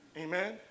Amen